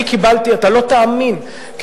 אני מזמין את שר,